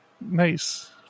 nice